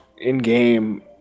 in-game